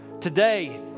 Today